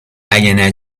اگه